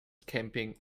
camping